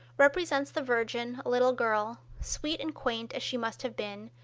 represents the virgin a little girl, sweet and quaint as she must have been,